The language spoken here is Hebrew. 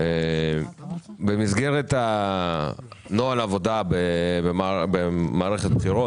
במסגרת נוהל העבודה במערכת בחירות,